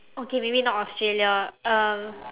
okay maybe not australia um